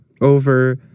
over